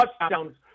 touchdowns